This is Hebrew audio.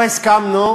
לא הסכמנו